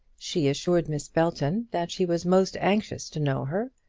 she assured miss belton that she was most anxious to know her,